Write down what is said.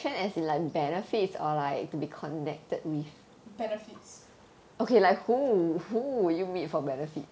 benefits